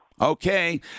Okay